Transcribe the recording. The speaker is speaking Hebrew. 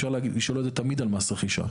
אפשר לשאול את זה תמיד על מס רכישה,